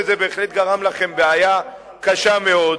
וזה בהחלט גרם לכם בעיה קשה מאוד,